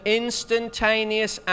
instantaneous